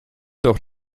doch